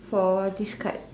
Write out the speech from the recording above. for this card